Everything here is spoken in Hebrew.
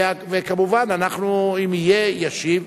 כמובן, אם יהיה, ישיב.